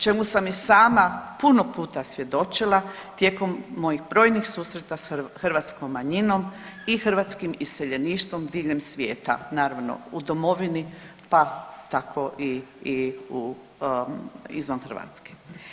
Čemu sam i sama puno puta svjedočila tijekom mojih brojnih susreta s hrvatskom manjinom i hrvatskim iseljeništvom diljem svijeta naravno u domovini pa tako i, i u izvan Hrvatske.